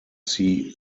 see